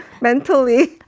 mentally